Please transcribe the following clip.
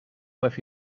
with